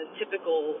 typical